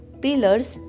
pillars